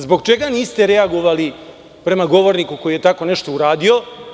Zbog čega niste reagovali prema govorniku koji je tako nešto uradio?